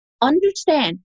understand